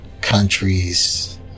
countries